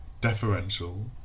deferential